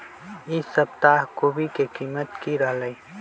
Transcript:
ई सप्ताह कोवी के कीमत की रहलै?